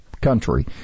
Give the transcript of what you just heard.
country –